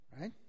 right